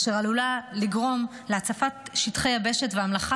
אשר עלולה לגרום להצפת שטחי יבשה והמלחה